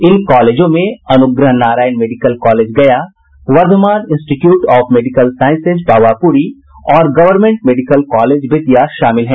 इन कॉलेजों में Anugrah Narayan medical college Gaya Vardhman institute of medical sciences Pawapuri और गवर्नमेंट मेडिकल कॉलेज बेतिया शामिल हैं